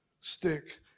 stick